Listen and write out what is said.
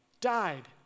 died